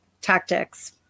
tactics